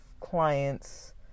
clients